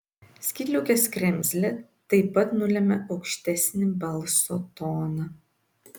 skydliaukės kremzlė taip pat nulemia aukštesnį balso toną